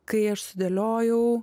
kai aš sudėliojau